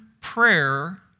prayer